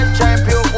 champion